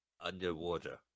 Underwater